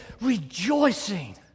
rejoicing